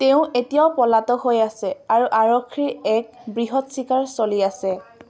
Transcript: তেওঁ এতিয়াও পলাতক হৈ আছে আৰু আৰক্ষীৰ এক বৃহৎ চিকাৰ চলি আছে